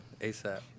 ASAP